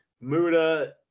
Muda